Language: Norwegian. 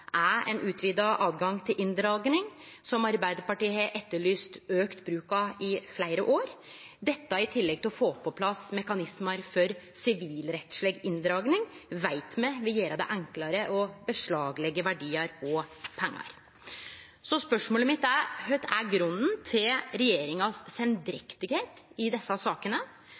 er ein utvida åtgang til inndraging, som Arbeidarpartiet har etterlyst auka bruk av i fleire år. Dette, i tillegg til å få på plass mekanismar for sivilrettsleg inndraging, veit me vil gjere det enklare å beslagleggje verdiar og pengar. Spørsmåla mine er: Kva er grunnen til regjeringas sommel i desse sakene,